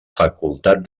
facultat